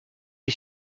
est